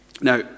Now